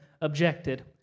objected